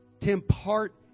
impart